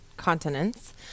continents